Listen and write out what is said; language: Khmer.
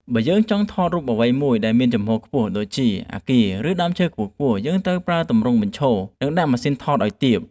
បើយើងចង់ថតរូបអ្វីមួយដែលមានជំហរខ្ពស់ដូចជា អាគារ ឬដើមឈើខ្ពស់ៗ ត្រូវប្រើទម្រង់បញ្ឈរ និងដាក់ម៉ាស៊ីនថតឱ្យទាប។